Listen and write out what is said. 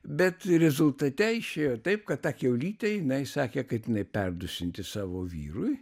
bet rezultate išėjo taip kad tą kiaulytę jinai sakė kad jinai perduosianti savo vyrui